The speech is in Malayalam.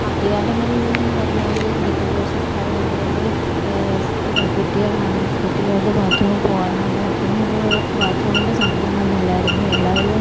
ആദ്യ കാലങ്ങളിൽ എന്ന് പറഞ്ഞാൽ വിദ്യാഭ്യാസ സ്ഥാപനങ്ങളുടെ സ്ഥി കുട്ടികൾ ആണെങ്കിൽ കുട്ടികൾക്ക് ബാത്റൂമിൽ പോകാനോ ബാത്റൂമുകൾ ബാത്റൂമിൻ്റെ സംവിധാനം ഒന്നും ഇല്ലായിരുന്നു എല്ലാവരും